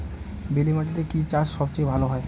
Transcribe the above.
বেলে মাটিতে কি চাষ সবচেয়ে ভালো হয়?